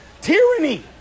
tyranny